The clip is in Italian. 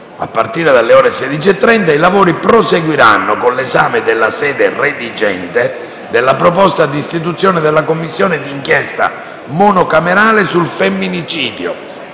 A partire dalle ore 16,30 i lavori proseguiranno con l'esame dalla sede redigente della proposta di istituzione della Commissione di inchiesta monocamerale sul femminicidio